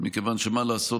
מכיוון שמה לעשות,